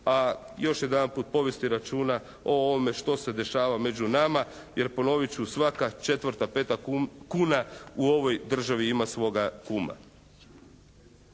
a još jedanput povesti računa o ovome što se dešava među nama, jer ponovit ću svaka četvrta, peta kuna u ovoj državi ima svoga kuma.